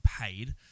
paid